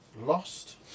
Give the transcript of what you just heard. Lost